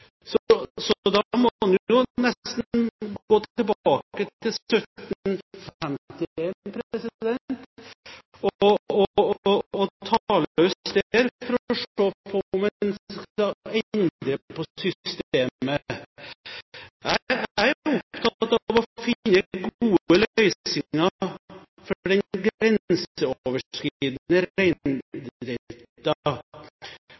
Så da må man jo nesten gå tilbake til 1751, president, for å se på om man skal endre på systemet. Jeg er opptatt av å finne gode løsninger for